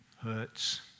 hurts